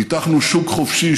פיתחנו שוק חופשי,